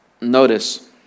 notice